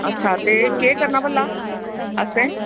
अच्छा ते करना भला असें